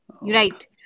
right